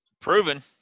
Proven